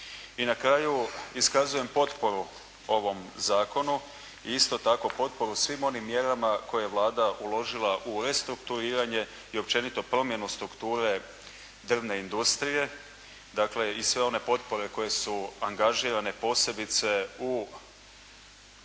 I na kraju iskazujem potporu ovom zakonu i isto tako potporu svim onim mjerama koje je Vlada uložila u restrukturiranje i općenito promjenu strukture drvne industrije, dakle i sve one potpore koje su angažirane posebice u intenziviranje,